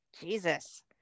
Jesus